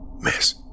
Miss